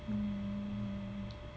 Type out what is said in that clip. hmm